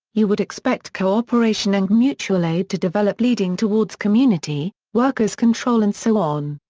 you would expect cooperation and mutual aid to develop leading towards community, workers' control and so on.